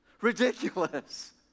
ridiculous